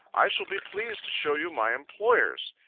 i shall be pleased to show you my employers.